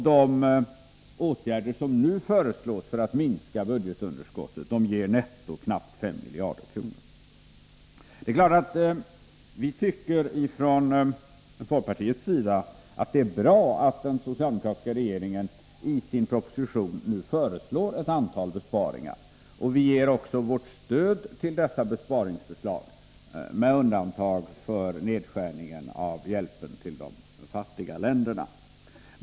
De åtgärder som nu föreslås för att minska budgetunderskottet ger knappt 5 miljarder kronor. Det är klart att vi från folkpartiets sida anser att det är bra att den socialdemokratiska regeringen i sin proposition nu föreslår ett antal besparingar, och vi ger också vårt stöd till dessa besparingsförslag, med undantag för nedskärningen av hjälpen till de fattiga länderna.